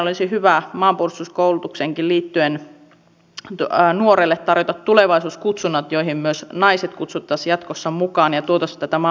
mutta nyt ollaan tässä tilanteessa ja on syytä katsoa eteenpäin ja eikö nyt ole pääpaino pantava lainvalmistelun kehittämiseen